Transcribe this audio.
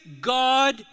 God